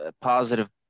positive